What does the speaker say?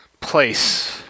place